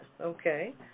Okay